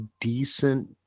decent